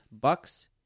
Bucks